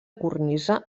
cornisa